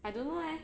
I don't know leh